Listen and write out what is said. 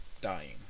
dying